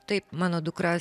taip mano dukra